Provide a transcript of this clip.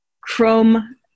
Chrome